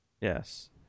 Yes